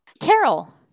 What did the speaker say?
Carol